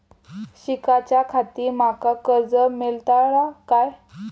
शिकाच्याखाती माका कर्ज मेलतळा काय?